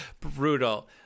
Brutal